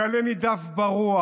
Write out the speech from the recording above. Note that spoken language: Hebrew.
כעלה נידף ברוח,